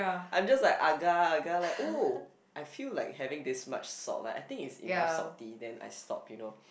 I'm just like agak agak like oh I feel like having this much salt like I think it's enough salty then I stop you know